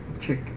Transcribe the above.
Check